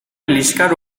liskar